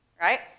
right